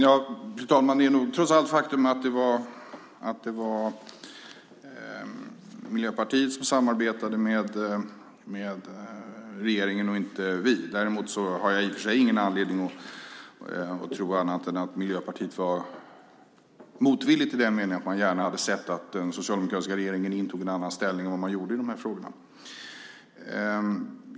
Fru talman! Det är trots allt ett faktum att det var Miljöpartiet som samarbetade med den förra regeringen och inte vi. Däremot har jag i och för sig ingen anledning att tro annat än att Miljöpartiet var motvilligt i den meningen att man gärna hade sett att den socialdemokratiska regeringen intog en annan ställning än vad man gjorde i de här frågorna.